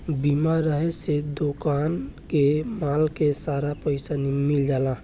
बीमा रहे से दोकान के माल के सारा पइसा मिल जाला